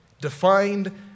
defined